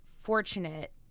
fortunate